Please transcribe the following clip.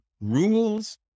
rules